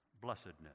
blessedness